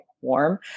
warm